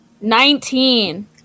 Nineteen